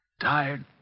Tired